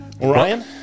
ryan